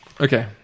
Okay